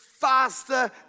faster